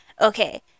Okay